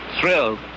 thrilled